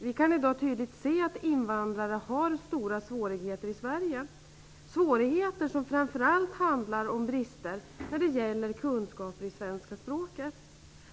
Vi kan i dag tydligt se att invandrare har stora svårigheter i Sverige. Dessa svårigheter handlar framför allt om bristande kunskaper i svenska språket.